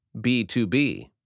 B2B